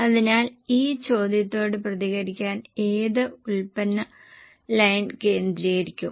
അതിനാൽ ഈ ചോദ്യത്തോട് പ്രതികരിക്കാൻ ഏത് ഉൽപ്പന്ന ലൈൻ കേന്ദ്രീകരിക്കും